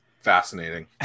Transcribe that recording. Fascinating